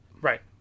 Right